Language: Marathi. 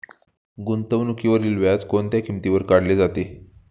गुंतवणुकीवरील व्याज कोणत्या किमतीवर काढले जाते?